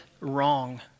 wrong